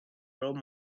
role